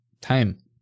time